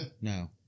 no